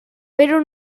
però